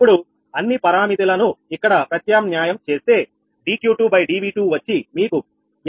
ఇప్పుడు అన్ని పరామితి లను ఇక్కడ ప్రత్యామ్న్యాయం చేస్తేdQ2 dV2 వచ్చి మీకు 50